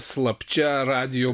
slapčia radijo